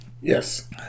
Yes